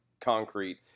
concrete